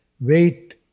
wait